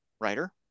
writer